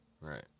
right